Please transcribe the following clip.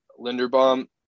Linderbaum